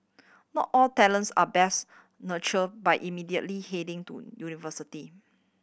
not all talents are best nurture by immediately heading to university